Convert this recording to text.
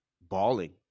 bawling